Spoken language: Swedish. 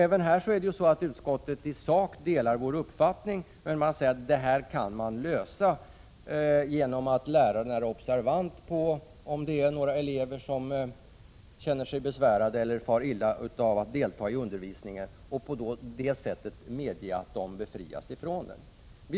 Även i fråga om denna reservation delar utskottet i sak vår uppfattning, men man säger att detta kan lösas genom att läraren är observant på om det är några elever som känner sig besvärade eller far illa av att delta i denna typ av undervisning. Läraren kan då medge att dessa elever befrias från denna undervisning.